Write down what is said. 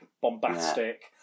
bombastic